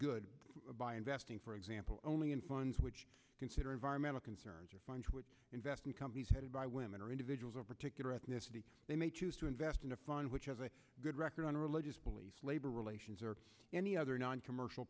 good by investing for example only in funds which consider environmental concerns or funds which invest in companies headed by women or individuals or particular ethnicity they may choose to invest in a fund which has a good record on religious beliefs labor relations or any other noncommercial